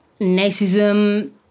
Nazism